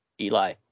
Eli